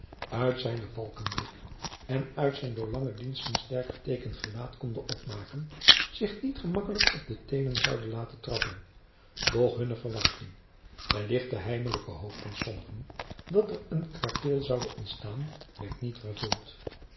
uit zijnen valkenblik en uit zijn door lange diensten sterk geteekend gelaat konde opmaken zich niet gemakkelijk op de teenen zoude laten trappen doch hunne verwachting wellicht de heimelijke hoop van sommigen dat er een krakeel zoude ontstaan werd niet vervuld